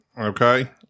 Okay